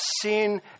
sin